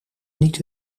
niet